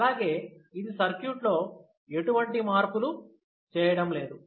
అలాగే ఇది సర్క్యూట్లో ఎటువంటి మార్పులు చేయడం లేదు